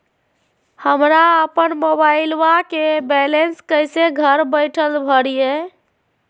हमरा अपन मोबाइलबा के बैलेंस कैसे घर बैठल भरिए?